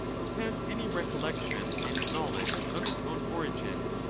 who has any recollec tion and knowledge of his own origin.